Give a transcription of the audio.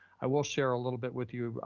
i will share a little bit with you.